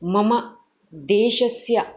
मम देशस्य